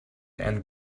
and